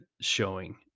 showing